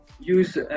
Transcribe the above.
use